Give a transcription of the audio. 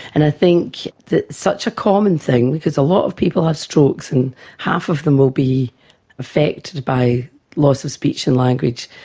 and i think that it's such a common thing, because a lot of people have strokes and half of them will be affected by loss of speech and language,